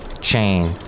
chain